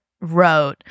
wrote